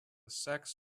sex